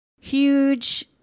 huge